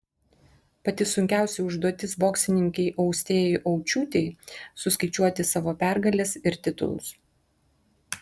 pati sunkiausia užduotis boksininkei austėjai aučiūtei suskaičiuoti savo pergales ir titulus